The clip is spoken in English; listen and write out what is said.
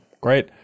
Great